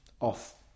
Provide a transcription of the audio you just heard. off